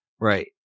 right